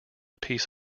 piece